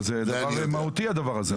אבל זה דבר מהותי הדבר הזה,